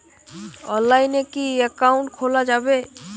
অনলাইনে কি অ্যাকাউন্ট খোলা যাবে?